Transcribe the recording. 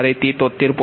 જ્યારે તે 73